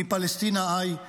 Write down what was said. מפלשתינה ארץ ישראל,